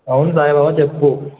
అవును బాబు చెప్పు